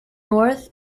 north